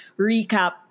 recap